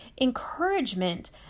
encouragement